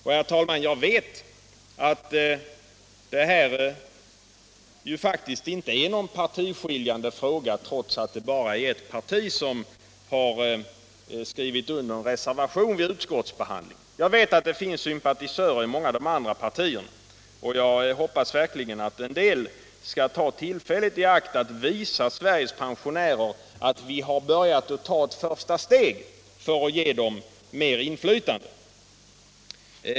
Och, herr talman, jag vet att det här faktiskt inte är någon partiskiljande fråga trots att det bara är ett parti som har skrivit under reservationen vid utskottsbehandlingen. Jag vet att det finns sympatisörer i många andra partier, och jag hoppas verkligen att en del skall ta tillfället i akt att visa Sveriges pensionärer att vi har börjat ta ett första steg för att ge dem mer inflytande.